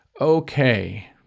Okay